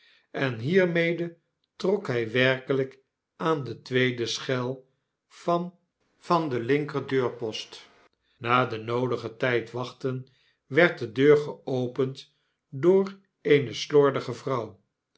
en hiermede trok hij werkelyk aan de tweede schel van den linkerdeurpost na den noodigen tyd wachtens werd de deur geopend door eene slordige vrouw